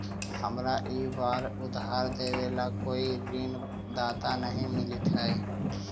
हमारा ई बार उधार देवे ला कोई ऋणदाता नहीं मिलित हाई